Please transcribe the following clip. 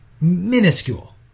minuscule